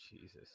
Jesus